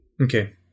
Okay